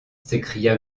s’écria